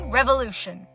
Revolution